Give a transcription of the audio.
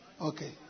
Okay